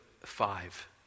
five